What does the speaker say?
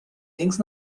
thinks